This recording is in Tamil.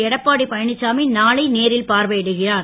எடப்பாடி பழ சாமி நாளை நேரில் பார்வை டுகிறார்